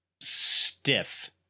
stiff